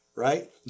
right